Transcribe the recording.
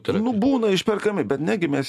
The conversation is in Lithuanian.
nu būna išperkami bet negi mes